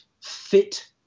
fit